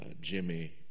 Jimmy